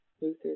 Luther